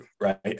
right